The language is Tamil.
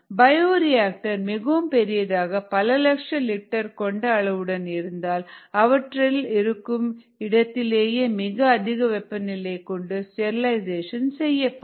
பயோரியாக்டர்ஸ் மிகவும் பெரியதாக பல லட்சங்கள் லிட்டர் கொண்ட அளவுடன் இருந்தால் அவற்றை இருக்கும் இடத்திலேயே மிக அதிக வெப்பநிலை கொண்டு ஸ்டெர்லைசேஷன் செய்யப்படும்